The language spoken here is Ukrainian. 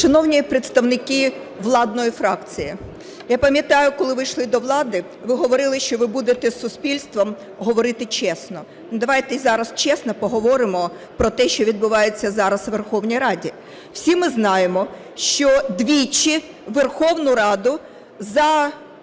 Шановні представники владної фракції, я пам'ятаю, коли ви йшли до влади, ви говорили, що ви будете з суспільством говорити чесно. Давайте і зараз чесно поговоримо про те, що відбувається зараз у Верховній Раді. Всі ми знаємо, що двічі в Верховну Раду за